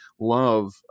love